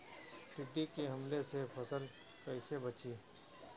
टिड्डी के हमले से फसल कइसे बची?